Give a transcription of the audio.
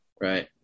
Right